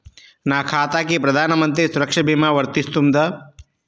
నా ఖాతాకి ప్రధాన మంత్రి సురక్ష భీమా వర్తిస్తుందా?